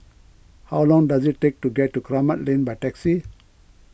how long does it take to get to Kramat Lane by taxi